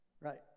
Right